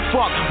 Fuck